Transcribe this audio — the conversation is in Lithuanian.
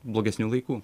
blogesnių laikų